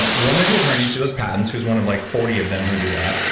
like one of the attorneys who does patents, who's one of like forty of them who do that,